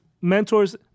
mentors